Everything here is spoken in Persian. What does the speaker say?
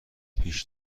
پیش